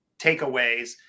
takeaways